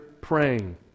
praying